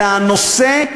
אלא הנושא,